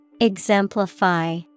Exemplify